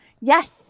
yes